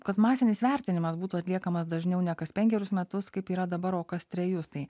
kad masinis vertinimas būtų atliekamas dažniau ne kas penkerius metus kaip yra dabar o kas trejus tai